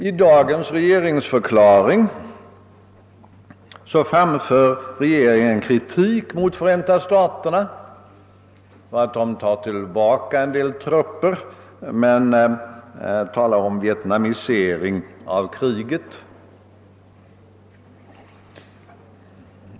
I dagens regeringsförklaring framför regeringen kritik mot Förenta staterna för att de visserligen drar tillbaka en del trupper men talar om >»vietnamisering av kriget«.